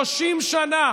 30 שנה